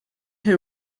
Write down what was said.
who